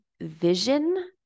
vision